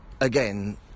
again